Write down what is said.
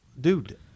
Dude